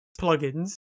plugins